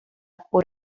por